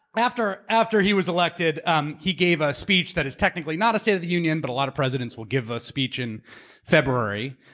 after after he was elected um he gave a speech that is technically not a state of the union, but a lot of presidents will give a speech in february.